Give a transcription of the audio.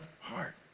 heart